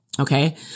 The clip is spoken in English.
Okay